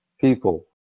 people